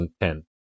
2010